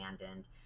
abandoned